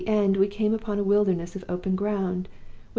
at the end we came upon a wilderness of open ground,